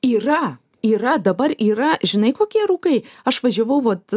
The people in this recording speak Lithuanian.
yra yra dabar yra žinai kokie rūkai aš važiavau vot